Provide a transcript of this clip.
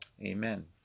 Amen